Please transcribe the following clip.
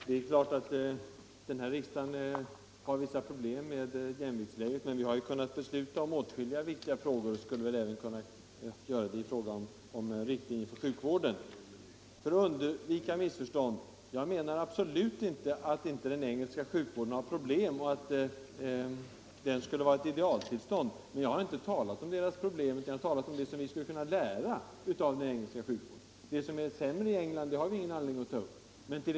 Herr talman! Det är klart att den här riksdagen har vissa problem med jämviktsläget. Men vi har ju kunnat besluta om åtskilliga viktiga frågor och skulle väl även kunna göra det beträffande riktlinjer för sjukvården. För att undvika missförstånd vill jag framhålla att jag absolut inte menar att den engelska sjukvården saknar problem, att den skulle representera ett idealtillstånd. Men jag har inte talat om den engelska sjukvårdens svagheter utan om det som vi skulle kunna lära av den engelska sjukvården. Det som är sämre i England har vi ingen anledning att ta upp.